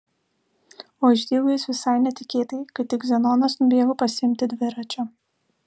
o išdygo jis visai netikėtai kai tik zenonas nubėgo pasiimti dviračio